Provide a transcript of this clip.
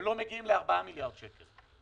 הם לא מגיעים ל-4 מיליארד שקלים.